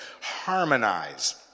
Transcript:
harmonize